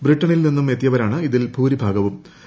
ബ്രിട്ടനിൽ നിന്ന് എത്തിയവരാണ് ഇതിൽ ഭൂരിഭാഗ വും